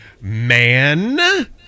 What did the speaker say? Man